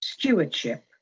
Stewardship